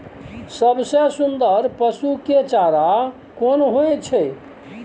सबसे सुन्दर पसु के चारा कोन होय छै?